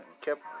kept